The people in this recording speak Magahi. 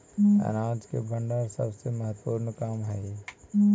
अनाज के भण्डारण सबसे महत्त्वपूर्ण काम हइ